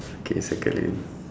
K circle it